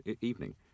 evening